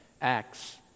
Acts